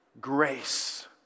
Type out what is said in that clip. grace